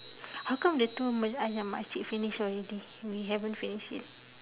how come the two malay !aiya! makcik finish already we haven't finish yet